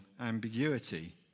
ambiguity